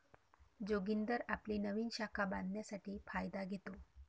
जोगिंदर आपली नवीन शाखा बांधण्यासाठी फायदा घेतो